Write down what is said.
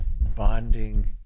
bonding